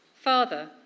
Father